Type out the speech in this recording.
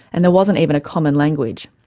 and there wasn't even a common language.